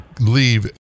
leave